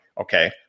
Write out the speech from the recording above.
okay